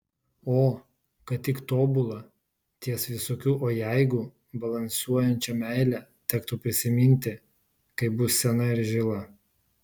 o kad tik tobulą ties visokių o jeigu balansuojančią meilę tektų prisiminti kai bus sena ir žila